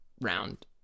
round